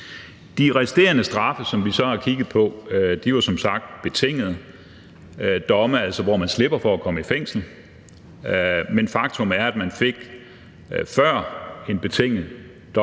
De resterende straffe, som vi så har kigget på, var som sagt betingede domme – altså hvor man slipper for at komme i fængsel. Men faktum er, at mens man tidligere fik en betinget dom